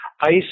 ice